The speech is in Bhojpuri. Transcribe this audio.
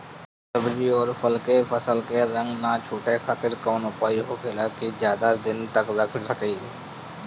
सब्जी और फल के फसल के रंग न छुटे खातिर काउन उपाय होखेला ताकि ज्यादा दिन तक रख सकिले?